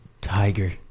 Tiger